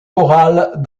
chorales